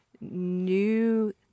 new